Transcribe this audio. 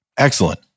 Excellent